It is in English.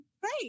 great